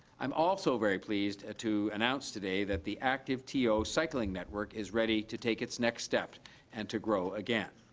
i'm also very pleased to announce today that the activeto cycling network is ready to take its next step and to grow again.